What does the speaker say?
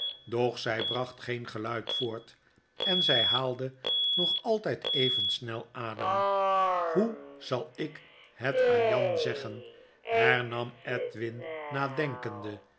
doch zy bracht geen geluid voort en zij haalde nog altyd even snel adem hoe zal ik het aan jan zeggen hernam edwin nadenkende